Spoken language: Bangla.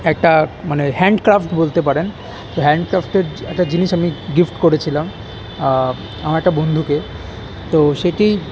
একটা মানে হ্যান্ডক্রাফ্ট বলতে পারেন হ্যান্ডক্রাফ্টের একটা জিনিস আমি গিফট করেছিলাম আমার একটা বন্ধুকে তো সেটি